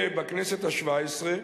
בכנסת השבע-עשרה,